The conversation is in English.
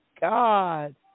God